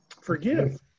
Forgive